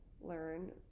learn